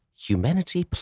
Humanity